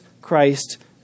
Christ